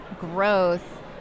growth